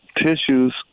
tissues